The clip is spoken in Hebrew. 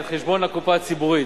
על חשבון הקופה הציבורית,